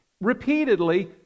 repeatedly